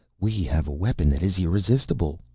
we have a weapon that is irresistible.